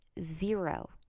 zero